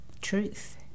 truth